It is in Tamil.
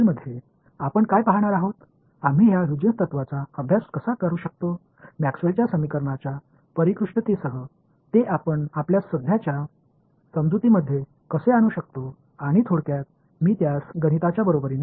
எனவே இந்த தொகுதியில் நாம் பார்ப்பது என்னவென்றால் இந்த ஹ்யூஜென்ஸ் கொள்கையை நாம் எவ்வாறு படிக்க முடியும் மேக்ஸ்வெல்லின் Maxwell'sசமன்பாடுகளின் அனைத்து நுட்பங்களுடனும் அதை எவ்வாறு நமது தற்போதைய புரிதலுக்குள் கொண்டு வர முடியும் சுருக்கமாக நான் கணித ரீதியாக படிக்க முடியுமா